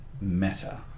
meta